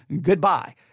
Goodbye